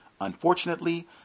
Unfortunately